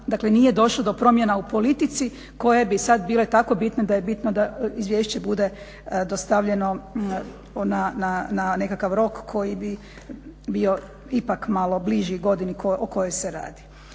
dakle nije došlo do promjena u politici koje bi sada bile tako bitne da je bitno da izvješće bude dostavljeno na nekakav rok koji bi bio ipak malo bliži godini o kojoj se radi.